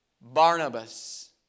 Barnabas